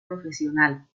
profesional